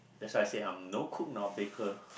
that's why I said I'm no cook nor baker